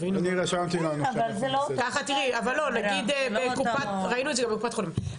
אבל נגיד ראינו את זה גם בקופת חולים,